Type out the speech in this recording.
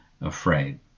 afraid